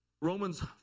Romans